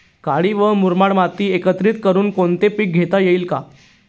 काळी व मुरमाड माती एकत्रित करुन कोणते पीक घेता येईल का?